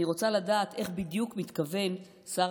אני רוצה לדעת איך בדיוק מתכוון שר